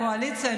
הקואליציה,